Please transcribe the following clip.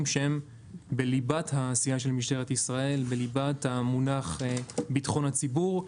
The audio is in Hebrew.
שהם בליבת העשייה של משטרת ישראל ובליבת המונח ביטחון הציבור,